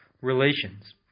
relations